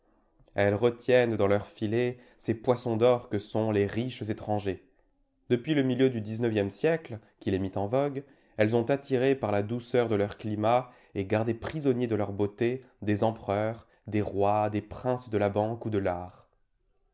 elles retiennent dans leurs filets ces poissons d'or que sont les riches étrangers depuis le milieu du dix-neuvième siècle qui les mit en vogue elles ont attiré par la douceur de leur climat et gardé prisonniers de leur beauté des empereurs des rois des princes de la banque ou de l'art